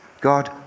God